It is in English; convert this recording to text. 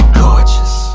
gorgeous